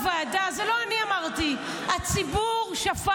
באמת, אתמול בוועדה, זה לא אני אמרתי, הציבור שפט.